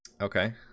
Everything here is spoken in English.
okay